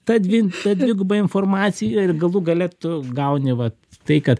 ta dvi ta dviguba informacija ir galų gale tu gauni vat tai kad